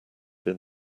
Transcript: have